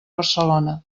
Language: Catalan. barcelona